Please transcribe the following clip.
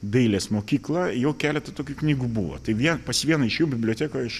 dailės mokyklą jau keletą tokių knygų buvo tai vie pas vieną iš jų bibliotekoj aš